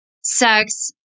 sex